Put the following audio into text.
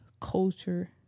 culture